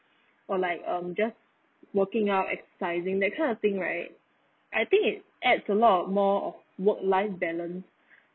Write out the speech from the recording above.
or like um just working out exercising kind of thing right I think it adds a lot of more of work life balance